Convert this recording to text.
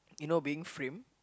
you know being frame